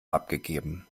abgegeben